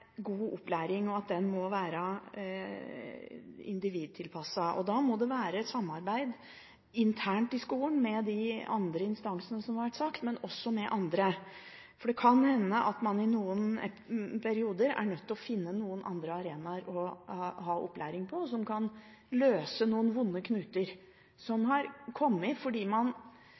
god opplæring, at den må være individtilpasset. Da må det være et samarbeid internt i skolen med de andre instansene, som har vært sagt, men også med andre. Det kan hende at man i noen perioder er nødt til å finne noen andre arenaer å ha opplæring på, som kan løse noen vonde knuter som har kommet fordi man